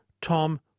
Tom